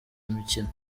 imikino